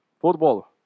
football